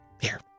Here